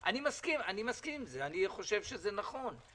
אני מסכים לזה, אני חושב שזה נכון.